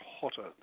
hotter